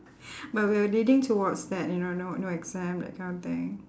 but we are leading towards that you know no no exam that kind of thing